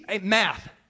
math